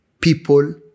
people